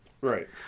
Right